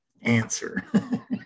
answer